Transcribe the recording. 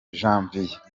janvier